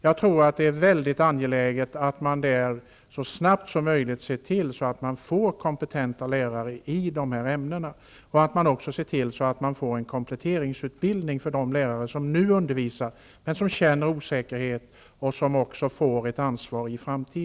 Jag tror att det är väldigt angeläget att man så snabbt som möjligt ser till att få kompetenta lärare i dessa ämnen och också en kompletteringsutbildning för de lärare som nu undervisar men som känner osäkerhet och som också i framtiden får ett ansvar.